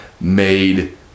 made